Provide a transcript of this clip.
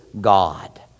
God